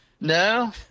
No